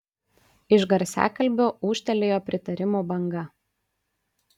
iš garsiakalbio ūžtelėjo pritarimo banga